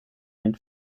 den